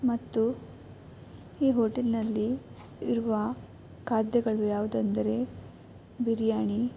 ಮತ್ತು ಈ ಹೋಟೆಲ್ನಲ್ಲಿ ಇರುವ ಖಾದ್ಯಗಳು ಯಾವುದಂದರೆ ಬಿರ್ಯಾನಿ